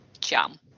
Jam